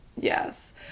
Yes